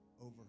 over